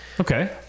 okay